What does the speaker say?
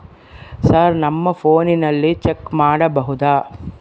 Sir ನಮ್ಮ ಫೋನಿನಲ್ಲಿ check ಮಾಡಬಹುದಾ?